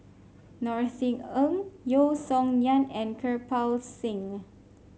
Norothy Ng Yeo Song Nian and Kirpal Singh